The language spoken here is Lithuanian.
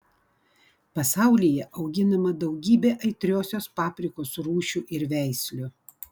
pasaulyje auginama daugybė aitriosios paprikos rūšių ir veislių